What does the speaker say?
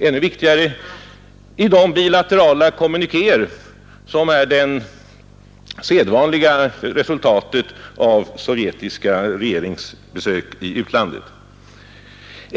ännu viktigare — i de bilaterala kommunikéer som är det sedvanliga resultatet av sovjetiska regeringsbesök i utlandet.